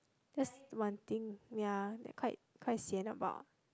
that's one thing ya quite quite sian about